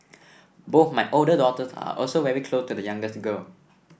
both my older daughters are also very close to the youngest girl